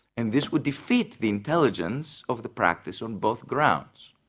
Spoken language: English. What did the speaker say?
and this would defeat the intelligence of the practice on both grounds.